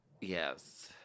Yes